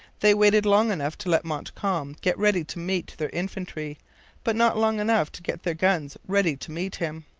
they waited long enough to let montcalm get ready to meet their infantry but not long enough to get their guns ready to meet him.